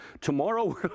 tomorrow